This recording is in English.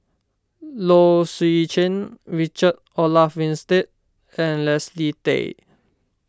Low Swee Chen Richard Olaf Winstedt and Leslie Tay